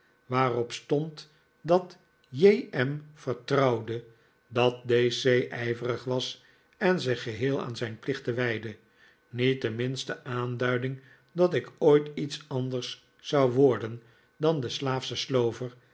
waarop stond dat j m vertrouwde dat d c ijyerig was en zich geheel aan zijn plichten wijdde niet de minste aandui'ding dat ik ooit iets anders zou worden dan de slaafsche